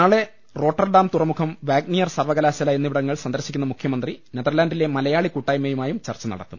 നാളെ റോട്ടർഡാം തുറമുഖം വാഗ്നിയർ സർവ്വകലാശാല സന്ദർശിക്കുന്ന മുഖ്യമന്ത്രി നെതർലാന്റിലെ മലയാളി കൂട്ടായ്മയു മായും ചർച്ച നടത്തും